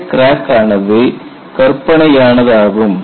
இந்தக் கிராக் ஆனது கற்பனையானதாகும்